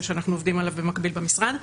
שאנחנו עובדים עליו במקביל במשרד.